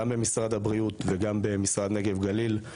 גם במשרד הבריאות וגם במשרד הנגב והגליל,